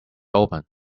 open